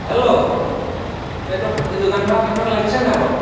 hello এইটো পানী যোগান ধৰা কেন্দ্ৰত লাগিছে নাই বাৰু